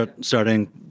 starting